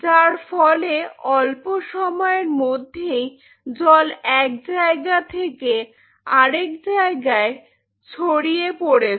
যার ফলে অল্প সময়ের মধ্যেই জল এক জায়গা থেকে আরেক জায়গায় ছড়িয়ে পড়েছে